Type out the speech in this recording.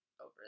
over